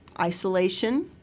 isolation